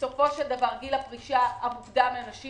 בסופו של דבר גיל הפרישה המוקדם לנשים